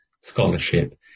scholarship